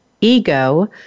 ego